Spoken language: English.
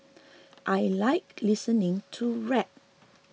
I like listening to rap